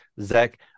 Zach